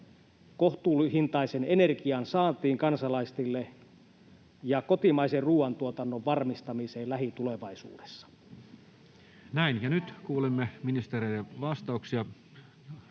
kohtuuhintaisen energian saantiin kansalaisille ja kotimaisen ruuantuotannon varmistamiseen lähitulevaisuudessa? [Leena Meri: Tätähän me nyt ollaan